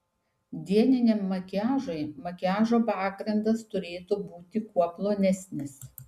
dieniniam makiažui makiažo pagrindas turėtų būti kuo plonesnis